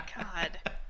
God